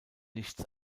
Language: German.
nichts